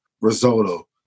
risotto